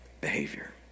behavior